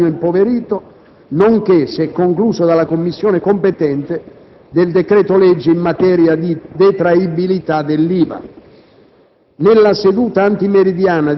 rifiuti, infortuni sul lavoro e uranio impoverito, nonché, se concluso dalla Commissione competente, del decreto-legge in materia di detraibilità dell'IVA.